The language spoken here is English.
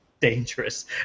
dangerous